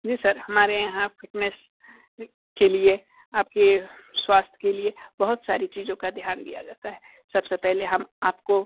जी sir हमारे यहाँ fitness के लिए आपके स्वास्थ्य लिए बहुत सारी चीज़ों का ध्यान दिया जाता है सबसे पहले हम आपको